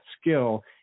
skill